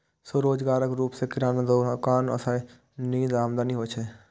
स्वरोजगारक रूप मे किराना दोकान सं नीक आमदनी होइ छै